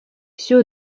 все